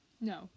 No